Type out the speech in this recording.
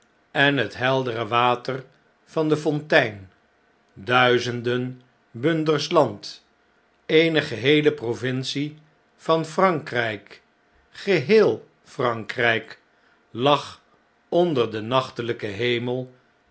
en het heldere water van de fontein duizenden bunders lands eene geheele provincie van frankrjjk geheel frankrijk lag onder den nachteln'ken hemel